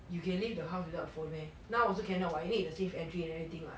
you can leave the house without phone meh now also cannot what you need to safe entry and everything [what]